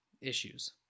issues